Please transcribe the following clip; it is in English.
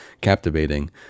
captivating